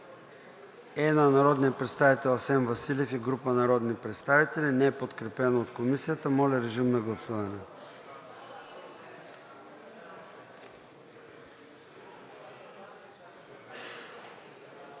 е на народния представител Асен Василев и група народни представители. Не е подкрепено от Комисията. Моля, режим на гласуване.